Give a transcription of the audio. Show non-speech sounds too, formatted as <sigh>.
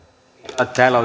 täällä <unintelligible>